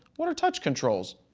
what are touch controls?